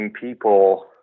people